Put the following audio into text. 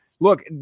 Look